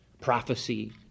prophecy